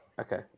Okay